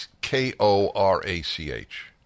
K-O-R-A-C-H